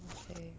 okay